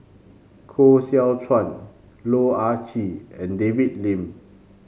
Koh Seow Chuan Loh Ah Chee and David Lim